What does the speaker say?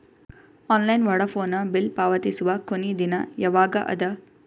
Online Vodafone bill ಪಾವತಿಸುವ ಕೊನಿ ದಿನ ಯವಾಗ ಅದ?